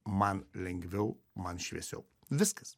man lengviau man šviesiau viskas